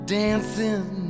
dancing